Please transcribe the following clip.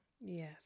yes